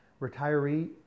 retiree